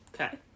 Okay